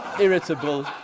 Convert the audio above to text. irritable